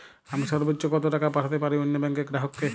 আমি সর্বোচ্চ কতো টাকা পাঠাতে পারি অন্য ব্যাংকের গ্রাহক কে?